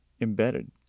embedded